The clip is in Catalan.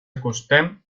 acostem